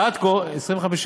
ועד כה, כמה במספר?